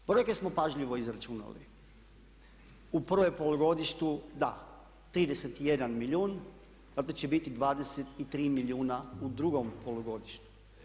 Brojke smo pažljivo izračunali, u prvom polugodištu 31 milijuna, a ovdje će biti 23 milijuna u drugom polugodištu.